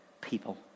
people